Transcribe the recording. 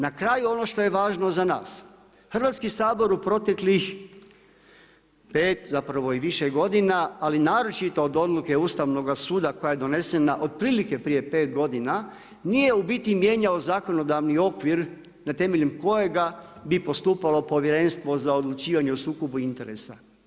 Na kraju ono što je važno za nas, Hrvatski sabor u proteklih pet zapravo i više godina, ali naročito od one odluke Ustavnoga suda koja je donesena otprilike prije pet godina nije u biti mijenjao zakonodavni okvir na temelju kojega bi postupalo Povjerenstvo za odlučivanje o sukobu interesa.